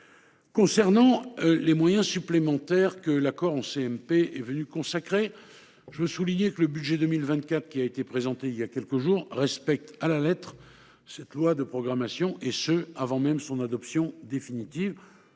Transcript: Concernant les moyens supplémentaires que l’accord en commission mixte paritaire est venu consacrer, je veux souligner que le budget pour 2024 qui a été présenté il y a quelques jours respecte à la lettre cette loi de programmation, avant même l’adoption définitive